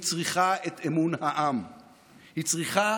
היא צריכה את אמון העם.